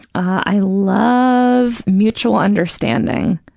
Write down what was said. i love mutual understanding.